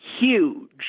huge